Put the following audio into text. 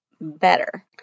better